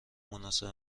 مناسب